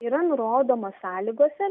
yra nurodoma sąlygose